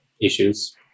issues